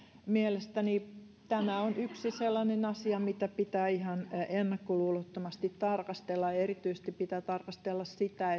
mielestäni tämä on yksi sellainen asia mitä pitää ihan ennakkoluulottomasti tarkastella ja ja erityisesti pitää tarkastella sitä